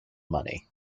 money